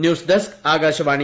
news desk Akashvani